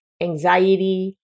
anxiety